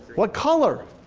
what color?